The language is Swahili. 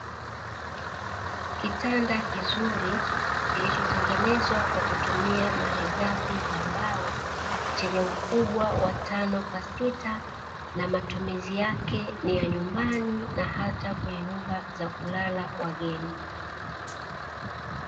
Kitanda kizuri kilichotengenezwa kwa kutumia malighafi ya mbao chenye ukubwa wa tano wa sita, na matumizi yake ni ya nyumbani na hata kwenye nyumba za kulala wageni.